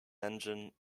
engine